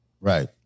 right